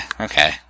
Okay